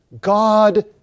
God